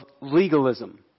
legalism